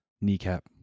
Kneecap